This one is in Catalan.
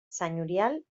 senyorial